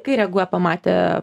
kai reaguoja pamatę